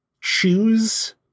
choose